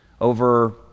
over